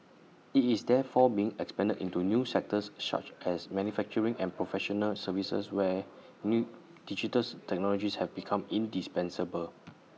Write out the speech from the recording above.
IT is therefore being expanded into new sectors such as manufacturing and professional services where new digital technologies have become indispensable